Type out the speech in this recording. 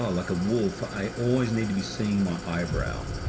ah like a wolf. i always need to be seeing my eyebrow.